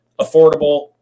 affordable